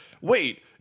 wait